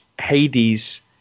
Hades